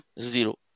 Zero